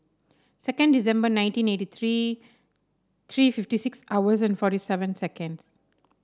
second December nineteen eighty three three fifty six hours and forty seven seconds